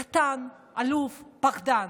קטן, עלוב, פחדן.